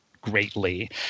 greatly